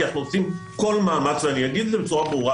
אנחנו עושים כל מאמץ ואני אגיד את זה בצורה ברורה